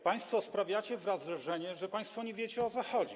Państwo sprawiacie wrażenie, że państwo nie wiecie, o co chodzi.